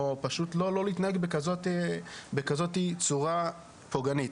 או פשוט לא להתנהג בכזאת צורה פוגענית?